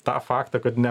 tą faktą kad ne